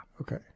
Okay